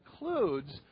includes